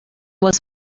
was